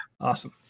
Awesome